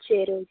சரி ஓகே